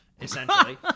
essentially